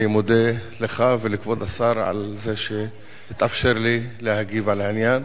אני מודה לך ולכבוד השר על זה שהתאפשר לי להגיב על העניין.